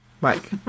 Mike